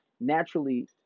naturally